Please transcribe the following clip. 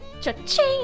Cha-ching